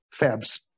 fabs